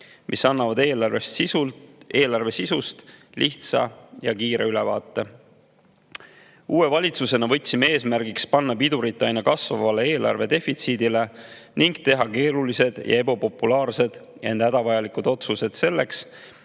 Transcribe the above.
mis annavad eelarve sisust lihtsa ja kiire ülevaate. Uue valitsusena võtsime eesmärgiks panna pidurit aina kasvavale eelarve defitsiidile ning teha keerulised ja ebapopulaarsed, ent hädavajalikud otsused selleks,